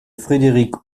frédéric